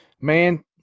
Man